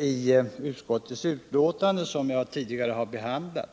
i utskottsbetänkandet, vilka jag också tidigare har behandlat.